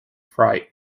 fright